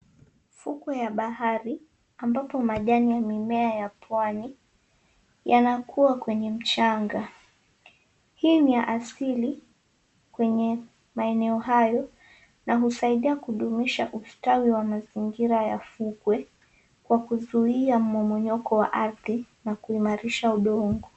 Ufukwe ya bahari, ambapo majani ya mimea ya pwani, yanakuwa kwenye mchanga. Hii ni ya asili, kwenye maeneo hayo na husaidia kudumisha ustawi wa mazingira ya ufukwe kwa kuzuia mmomonyoko wa ardhi na kuimarisha udongo.